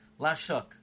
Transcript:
Lashuk